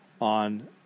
on